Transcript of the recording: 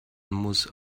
muss